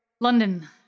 london